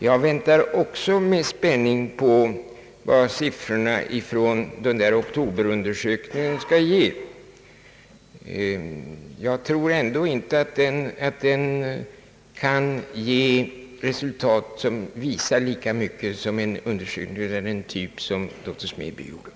Jag väntar också med spänning på vad siffrorna från oktoberundersökningen skall ge, men jag tror inte att undersökningen kan ge resultat som visar lika mycket som en undersökning av den typ som doktor Smedby gjorde.